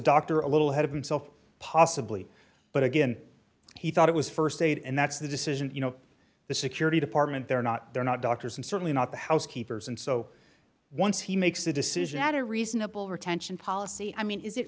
doctor a little ahead of himself possibly but again he thought it was st aid and that's the decision you know the security department they're not they're not doctors and certainly not the housekeepers and so once he makes a decision at a reasonable retention policy i mean is it